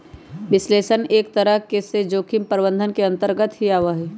विश्लेषण एक तरह से जोखिम प्रबंधन के अन्तर्गत भी आवा हई